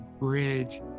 bridge